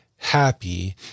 Happy